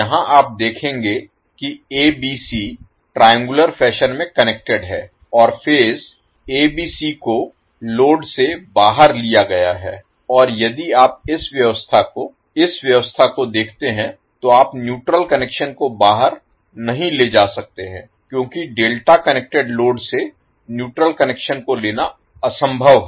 यहाँ आप देखेंगे कि abc ट्राइएंगुलर फैशन में कनेक्टेड है और फेज ABC को लोड से बाहर लिया गया है और यदि आप इस व्यवस्था को इस व्यवस्था को देखते हैं तो आप न्यूट्रल कनेक्शन को बाहर नहीं ले जा सकते हैं क्योंकि डेल्टा कनेक्टेड लोड से न्यूट्रल कनेक्शन को लेना असंभव है